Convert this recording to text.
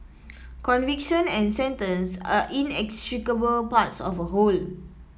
conviction and sentence are inextricable parts of a whole